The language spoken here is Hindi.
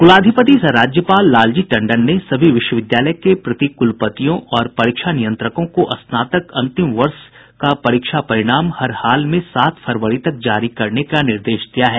कुलाधिपति सह राज्यपाल लालजी टंडन ने सभी विश्वविद्यालय के प्रतिकुलपतियों और परीक्ष नियंत्रकों को स्नातक अंतिम वर्ष का परीक्षा परिणाम हर हाल में सात फरवरी तक जारी करने का निर्देश दिया है